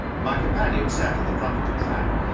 my companion sat in the front of the trap,